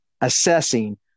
assessing